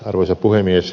arvoisa puhemies